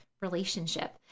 relationship